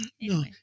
no